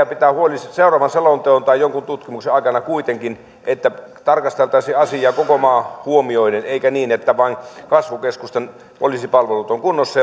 pitää huoli seuraavan selonteon tai jonkun tutkimuksen aikana että tarkasteltaisiin asiaa koko maa huomioiden eikä niin että vain kasvukeskusten poliisipalvelut ovat kunnossa